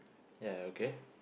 ya okay